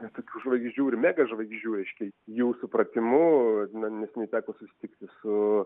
visokių žvaigždžių ir mega žvaigždžių reiškia jų supratimu neseniai teko susitikti su